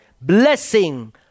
blessing